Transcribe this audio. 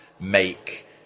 make